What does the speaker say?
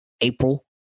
april